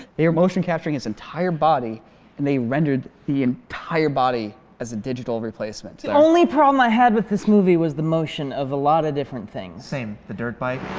they are motion capturing his entire body and they rendered the entire body as a digital replacement. the only problem i had with this movie, was the motion of a lot of different things same the dirt bike